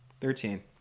Thirteen